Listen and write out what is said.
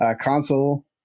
console